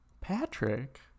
Patrick